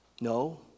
No